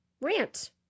rant